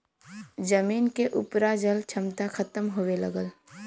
जमीन के उपराजल क्षमता खतम होए लगल